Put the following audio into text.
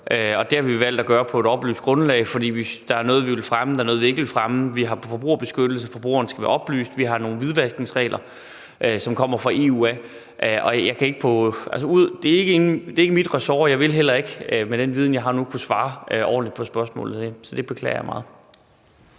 og det har vi valgt at gøre på et oplyst grundlag, for der er noget, vi vil fremme, og der er noget, vi ikke vil fremme. Vi har forbrugerbeskyttelse, forbrugeren skal være oplyst. Vi har nogle hvidvaskningsregler, som kommer fra EU. Det hører ikke under mit ressort, og jeg ville heller ikke med den viden, jeg har nu, kunne svare ordentligt på spørgsmålet her, så det beklager jeg meget.